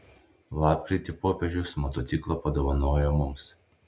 lapkritį popiežius motociklą padovanojo mums